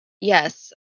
Yes